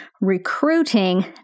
recruiting